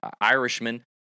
Irishman